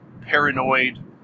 paranoid